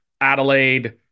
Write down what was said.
Adelaide